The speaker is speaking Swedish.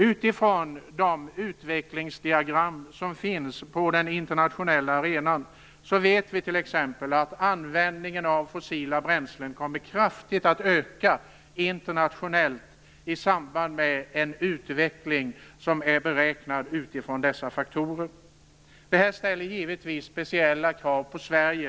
Utifrån de utvecklingsdiagram som finns på den internationella arenan vet vi t.ex. att användningen av fossila bränslen kraftigt kommer att öka internationellt i samband med en utveckling som är beräknad utifrån dessa faktorer. Detta ställer givetvis speciella krav på Sverige.